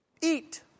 eat